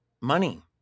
money